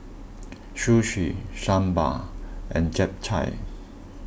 Sushi Sambar and Japchae